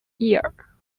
year